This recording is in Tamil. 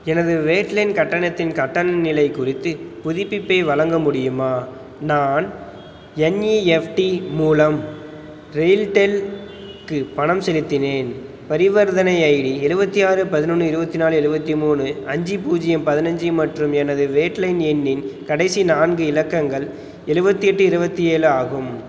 எனது வேட்லைன் கட்டணத்தின் கட்டண நிலை குறித்து புதுப்பிப்பை வழங்க முடியுமா நான் என்இஎஃப்டி மூலம் ரெயில்டெல்க்கு பணம் செலுத்தினேன் பரிவர்த்தனை ஐடி எழுவத்தி ஆறு பதினொன்று இருபத்தி நாலு எழுவத்தி மூணு அஞ்சு பூஜ்ஜியம் பதினஞ்சு மற்றும் எனது வேட்லைன் எண்ணின் கடைசி நான்கு இலக்கங்கள் எழுவத்தி எட்டு இருபத்தி ஏழு ஆகும்